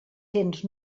cents